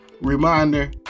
reminder